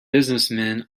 businessmen